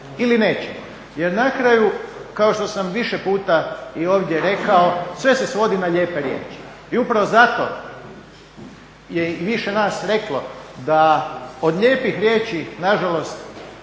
ili nećemo. Jer na kraju kao što sam više puta i ovdje rekao sve se svodi na lijepe riječi. I upravo zato je i više nas reklo da od lijepih riječi na žalost